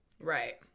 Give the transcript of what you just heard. Right